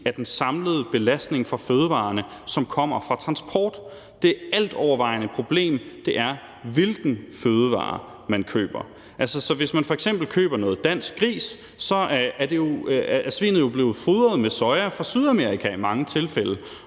af den samlede belastning fra fødevarerne, som kommer fra transport. Det altovervejende spørgsmål er, hvilken fødevare man køber. Hvis man f.eks. køber noget dansk gris, er svinet jo i mange tilfælde blevet fodret med soja fra Sydamerika, og derfor